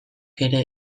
ere